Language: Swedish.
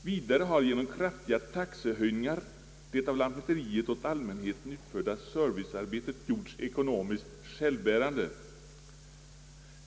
Vidare har genom kraftiga taxehöjningar det av lantmäteriet åt allmänheten utförda servicearbetet gjorts ekonomiskt självbärande.